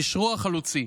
כושרו החלוצי,